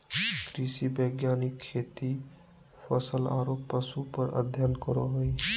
कृषि वैज्ञानिक खेती, फसल आरो पशु पर अध्ययन करो हइ